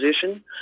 position